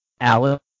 Alice